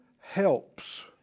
helps